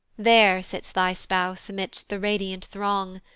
there sits thy spouse amidst the radiant throng,